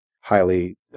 highly